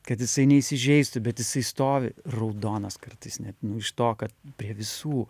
kad jisai neįsižeistų bet jisai stovi raudonas kartais net iš to kad prie visų